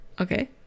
Okay